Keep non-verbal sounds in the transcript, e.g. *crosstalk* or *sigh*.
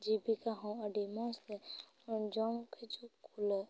ᱡᱤᱵᱤᱠᱟ ᱦᱚᱸ ᱟᱹᱰᱤ ᱢᱚᱡᱽ ᱛᱮ *unintelligible*